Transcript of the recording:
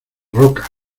rocas